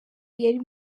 yari